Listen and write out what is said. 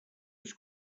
was